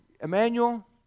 Emmanuel